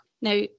Now